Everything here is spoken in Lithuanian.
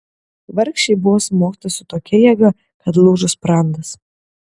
vargšei buvo smogta su tokia jėga kad lūžo sprandas